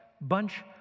bunch